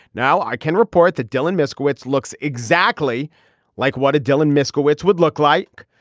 now i can report that dylan moskowitz looks exactly like what a dylan moskowitz would look like.